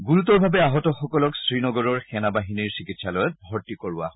গুৰুতৰ ভাৱে আহত সকলক শ্ৰীনগৰৰ সেনাবাহিনীৰ চিকিৎসালয়ত ভৰ্তি কৰোৱা হৈছে